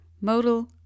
modal